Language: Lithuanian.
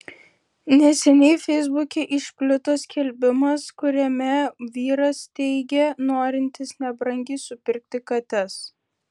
neseniai feisbuke išplito skelbimas kuriame vyras teigia norintis nebrangiai supirkti kates